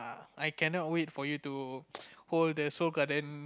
I cannot wait for it for you to hold the Seoul-Garden